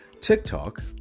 TikTok